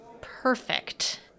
Perfect